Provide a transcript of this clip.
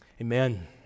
Amen